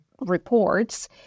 reports